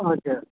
हजुर